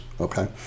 okay